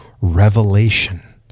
revelation